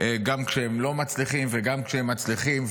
גם כשהם לא מצליחים וגם כשהם מצליחים.